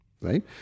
right